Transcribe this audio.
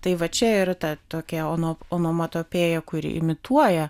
tai va čia ir ta tokia ono onomatopėja kuri imituoja